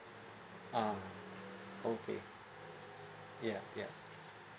ah okay yup yup